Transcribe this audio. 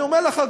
אני אומר לך,